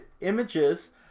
images